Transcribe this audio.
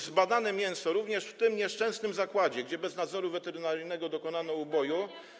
Zbadane mięso również w tym nieszczęsnym zakładzie, gdzie bez nadzoru weterynaryjnego dokonano uboju.